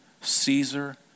Caesar